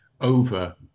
over